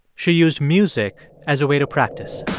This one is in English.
she used music as a way to practice